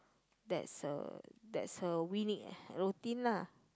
that's a that's her weekly routine lah